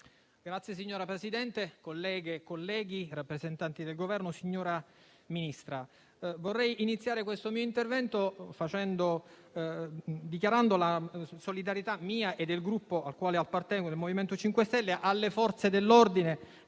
Signora Presidente, colleghe e colleghi, rappresentanti del Governo, signora Ministra, vorrei iniziare questo mio intervento dichiarando la solidarietà mia e del Gruppo al quale appartengo, il MoVimento 5 Stelle, alle Forze dell'ordine,